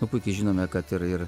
nu puikiai žinome kad ir ir